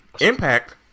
Impact